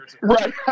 right